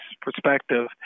perspective